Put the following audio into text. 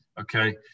okay